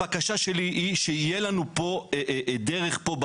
בקשתי היא שתהיה לנו דרך פה,